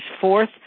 fourth